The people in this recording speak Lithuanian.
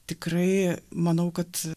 tikrai manau kad